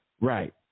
Right